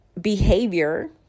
behavior